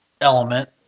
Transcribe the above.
element